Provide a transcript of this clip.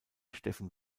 steffen